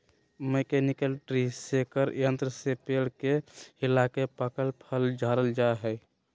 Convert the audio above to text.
mechanical tree shaker यंत्र से पेड़ के हिलाके पकल फल झारल जा हय